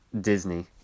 Disney